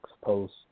post